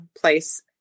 place